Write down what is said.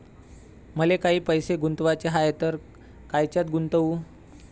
मले काही पैसे गुंतवाचे हाय तर कायच्यात गुंतवू?